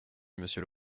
monsieur